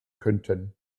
könnten